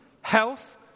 health